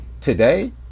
Today